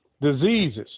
diseases